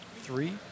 Three